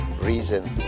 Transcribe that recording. reason